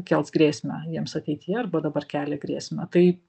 kels grėsmę jiems ateityje arba dabar kelia grėsmę tai